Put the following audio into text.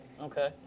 okay